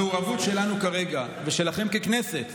המעורבות שלנו כרגע ושלכם ככנסת,